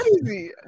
crazy